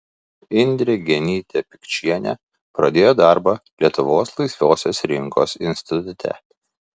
indrė genytė pikčienė pradėjo darbą lietuvos laisvosios rinkos institute